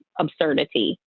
absurdity